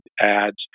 ads